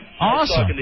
Awesome